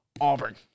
Auburn